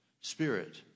spirit